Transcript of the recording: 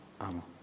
amo